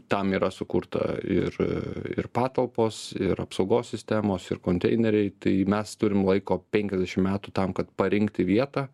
tam yra sukurta ir ir patalpos ir apsaugos sistemos ir konteineriai tai mes turim laiko penkiasdešim metų tam kad parinkti vietą